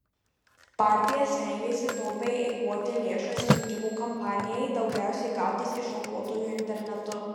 partija stengėsi taupiai eikvoti lėšas rinkimų kampanijai daugiausiai gautas iš aukotojų internetu